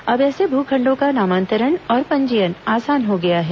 अब ऐसे भू खंडों का नामांतरण और पंजीयन आसान हो गया है